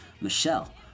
Michelle